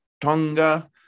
Tonga